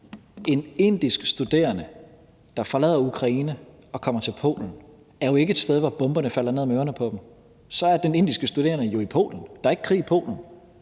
En indisk studerende, der forlader Ukraine og kommer til Polen, er jo ikke et sted, hvor bomberne falder ned om ørerne på vedkommende. Så er den indiske studerende jo i Polen. Der er ikke krig i Polen.